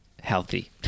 healthy